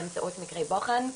באמצעות מקרי בוחן,